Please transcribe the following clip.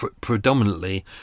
predominantly